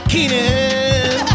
Keenan